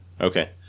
Okay